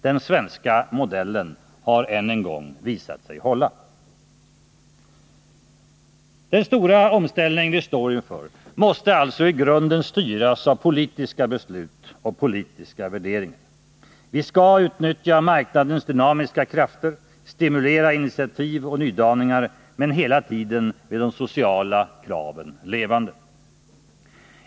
Den svenska modellen har än en gång visat sig hålla. Den stora omställning vi står inför måste alltså i grunden styras av politiska beslut och politiska värderingar. Vi skall utnyttja marknadens dynamiska krafter, stimulera initiativ och nydaningar — men hela tiden med de sociala kraven levande.